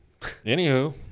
Anywho